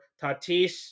Tatis